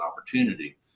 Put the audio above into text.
opportunity